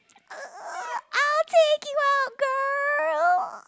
I'll take you out girl